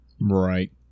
Right